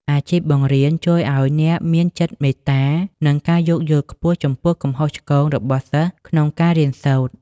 អាជីពបង្រៀនជួយឱ្យអ្នកមានចិត្តមេត្តា និងការយោគយល់ខ្ពស់ចំពោះកំហុសឆ្គងរបស់សិស្សក្នុងការរៀនសូត្រ។